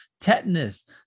Tetanus